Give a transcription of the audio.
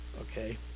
okay